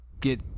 get